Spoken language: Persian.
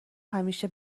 همیشه